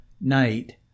night